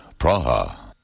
Praha